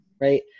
right